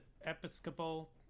episcopal